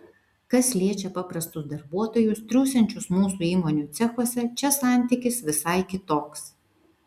kas liečia paprastus darbuotojus triūsiančius mūsų įmonių cechuose čia santykis visai kitoks